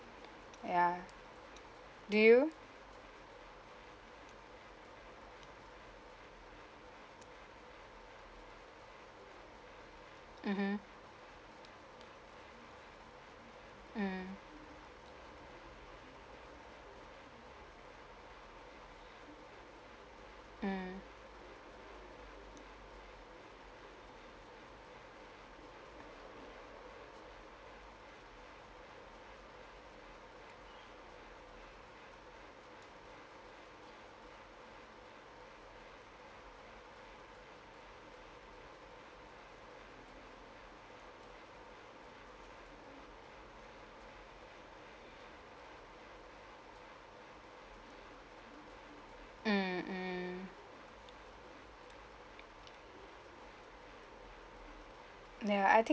ya do you mmhmm mm mm mm mm ya I think